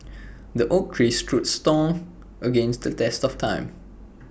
the oak tree stood strong against the test of time